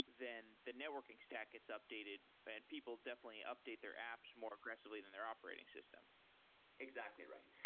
then the networking stack gets updated and people definitely update their apps more aggressively than their operating system exactly, right.